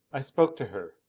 i spoke to her.